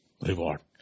reward